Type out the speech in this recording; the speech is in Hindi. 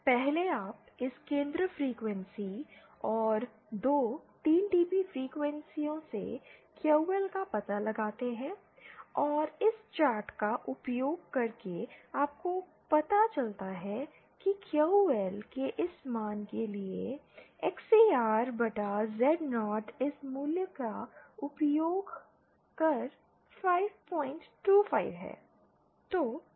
पहले आप इस केंद्र फ्रीक्वेंसी और दो 3dB फ्रीक्वेंसीयों से QL का पता लगाते हैं और इस चार्ट का उपयोग करके आपको पता चलता है कि QL के इस मान के लिए XCR Z0 इस मूल्य का उपयोग कर 525 है